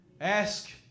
Ask